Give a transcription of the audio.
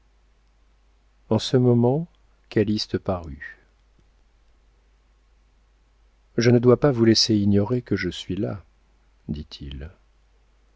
en ce moment calyste parut je ne dois pas vous laisser ignorer que je suis là dit-il